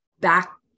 back